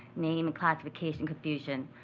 name, classification confusion,